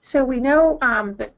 so we know um that